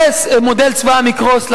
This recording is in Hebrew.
ומודל צבא העם יקרוס.